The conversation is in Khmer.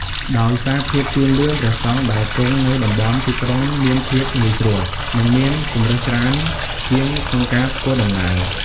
ដោយសារភាពជឿនលឿន ព្រះសង្ឃដែលគង់នៅតំបន់ទីក្រុងមានភាពងាយស្រួល និងមានជម្រើសច្រើនជាងក្នុងការធ្វើដំណើរ។